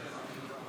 כמה זמן,